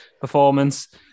performance